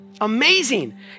Amazing